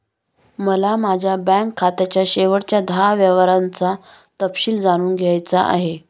मला माझ्या बँक खात्याच्या शेवटच्या दहा व्यवहारांचा तपशील जाणून घ्यायचा आहे